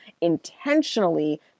intentionally